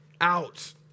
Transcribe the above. out